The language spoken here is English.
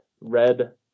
red